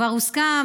כבר הוסכם,